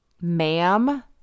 ma'am